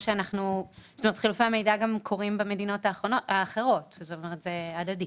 חילופי המידע קורים גם במדינות האחרות וזה הדדי.